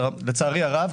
לצערי הרב,